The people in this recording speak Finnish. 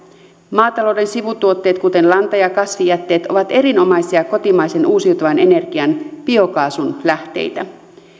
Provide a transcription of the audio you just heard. maatalouden sivutuotteet kuten lanta ja kasvijätteet ovat erinomaisia kotimaisen uusiutuvan energian biokaasun lähteitä